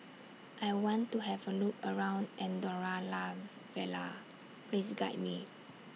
I want to Have A Look around Andorra La Vella Please Guide Me